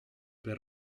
per